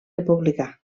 republicà